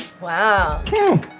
Wow